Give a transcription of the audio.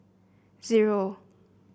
zero